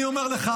אני אומר לך,